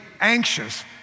anxious